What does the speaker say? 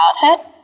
childhood